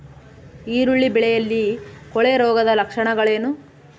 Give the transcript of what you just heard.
ಈರುಳ್ಳಿ ಬೆಳೆಯಲ್ಲಿ ಕೊಳೆರೋಗದ ಲಕ್ಷಣಗಳೇನು?